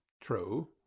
True